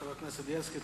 חבר הכנסת בילסקי,